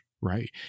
Right